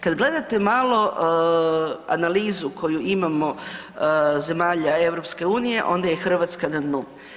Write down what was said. Kad gledate malo analizu koju imamo zemalja EU onda je Hrvatska na dnu.